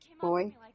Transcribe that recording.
Boy